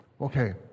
Okay